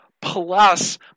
plus